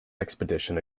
expedition